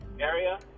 area